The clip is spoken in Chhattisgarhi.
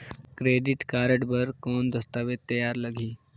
क्रेडिट कारड बर कौन दस्तावेज तैयार लगही?